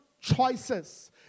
choices